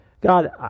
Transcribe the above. God